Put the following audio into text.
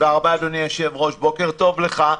תודה רבה, אדוני היושב-ראש, בוקר טוב לך.